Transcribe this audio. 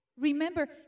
Remember